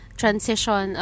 transition